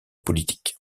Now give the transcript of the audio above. politique